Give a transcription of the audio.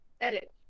edit